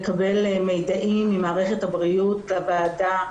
לקבל מיידעים ממערכת הבריאות לוועדה,